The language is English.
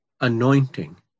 anointing